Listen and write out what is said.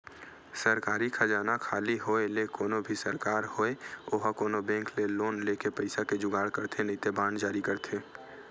सरकारी खजाना खाली होय ले कोनो भी सरकार होय ओहा कोनो बेंक ले लोन लेके पइसा के जुगाड़ करथे नइते बांड जारी करथे